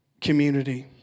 community